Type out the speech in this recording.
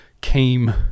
came